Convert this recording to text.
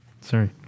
Sorry